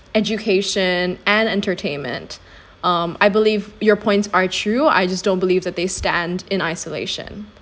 education and entertainment um I believe your points are true I just don't believe that they stand in isolation